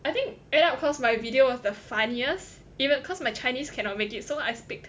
I think end up cause my video was the funniest even cause my chinese cannot make it so I speak